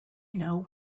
know